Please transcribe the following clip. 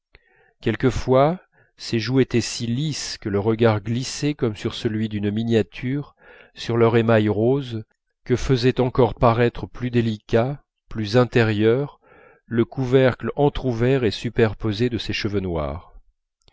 quelquefois ses joues étaient si lisses que le regard glissait comme sur celui d'une miniature sur leur émail rose que faisait encore paraître plus délicat plus intérieur le couvercle entr'ouvert et superposé de ses cheveux noirs